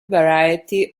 variety